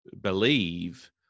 believe